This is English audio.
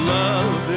love